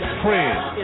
friends